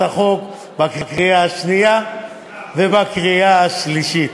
החוק בקריאה השנייה ובקריאה השלישית.